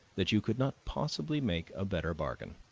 that you could not possibly make a better bargain.